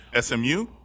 SMU